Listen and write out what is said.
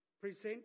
present